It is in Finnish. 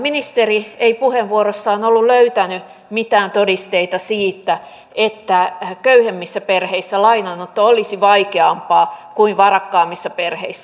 ministeri ei puheenvuorossaan ollut löytänyt mitään todisteita siitä että köyhemmissä perheissä lainanotto olisi vaikeampaa kuin varakkaammissa perheissä